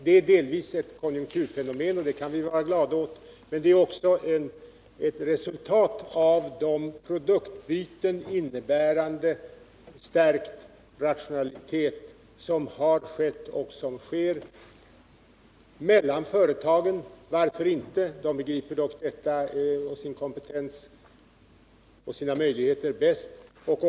Det är delvis ett konjunkturfenomen, som vi kan vara glada över, men också ett resultat av produktbyten vilka skett och sker mellan företagen och som innebär stärkt rationalitet. Och varför skulle inte denna utveckling få fortsätta? Företagen är ändå själva bäst medvetna om sin kompetens.